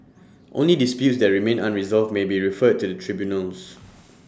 only disputes that remain unresolved may be referred to the tribunals